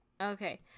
Okay